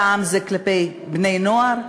פעם זה כלפי בני-נוער.